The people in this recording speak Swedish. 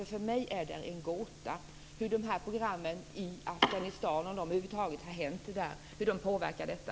För mig är det en gåta hur de här programmen i Afghanistan, om de över huvud taget har hänt där, påverkar detta.